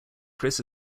chris